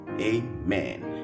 Amen